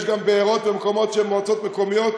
יש גם בארות ומקומות של מועצות מקומיות,